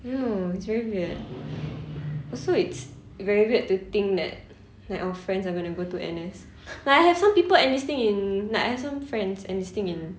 I don't know it's very weird also it's very weird to think that like our friends are going to go to N_S I have some people enlisting in like I have some friends enlisting in